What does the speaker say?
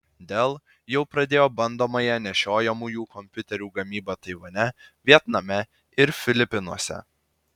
dell jau pradėjo bandomąją nešiojamųjų kompiuterių gamybą taivane vietname ir filipinuose